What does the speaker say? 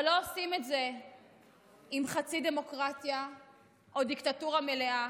אבל לא עושים את זה עם חצי דמוקרטיה או דיקטטורה מלאה.